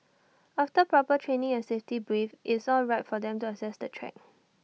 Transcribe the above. after proper training and safety brief IT is all right for them to access the track